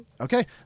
Okay